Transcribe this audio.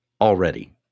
already